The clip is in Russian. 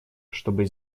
чтобы